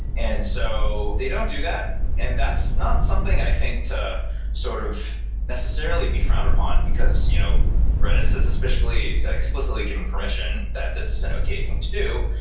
and so they don't do that, and that's not something i think to sort of necessarily be frowned upon, because you know redis is explicitly given permission that this is an okay thing to do.